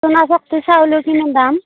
চোণাচক্তি চাউলৰ কিমান দাম